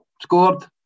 scored